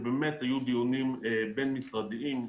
היו דיונים בין-משרדיים,